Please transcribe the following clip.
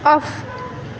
off